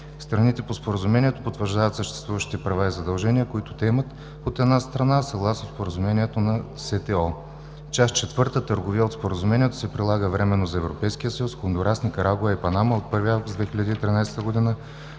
Страните по Споразумението потвърждават съществуващите права и задължения, които те имат, една спрямо друга, съгласно Споразумението за СТО. Част IV – „Търговия“, от Споразумението се прилага временно за Европейския съюз, Хондурас, Никарагуа и Панама от 1 август 2013 г., за